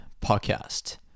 Podcast